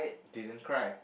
didn't cry